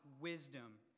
wisdom